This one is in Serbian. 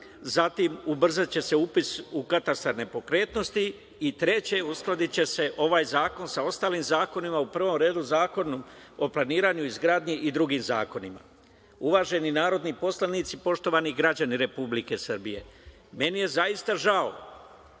zatim, ubrzaće se upis u katastar nepokretnosti i treće, uskladiće se ovaj zakon sa ostalim zakonima, u prvom redu sa Zakonom o planiranju i izgradnji i drugim zakonima. Uvaženi narodni poslanici, poštovani građani Republike Srbije, meni je zaista žao